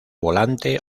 volante